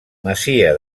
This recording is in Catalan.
masia